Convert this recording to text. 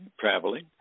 traveling